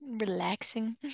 relaxing